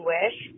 Wish